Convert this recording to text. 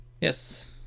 yes